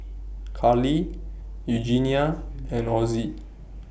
Karley Eugenia and Ozzie